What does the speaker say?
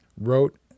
Wrote